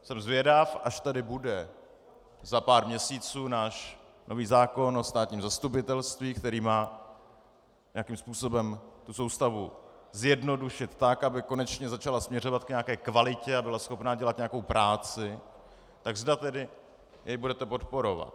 Jsem zvědav, až tady bude za pár měsíců náš nový zákon o státním zastupitelství, který má nějakým způsobem tu soustavu zjednodušit tak, aby konečně začala směřovat k nějaké kvalitě a byla schopna dělat nějakou práci, tak zda tedy jej budete podporovat.